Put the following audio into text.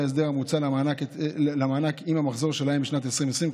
ההסדר המוצע למענק אם המחזור שלהם בשנת 2020,